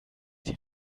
die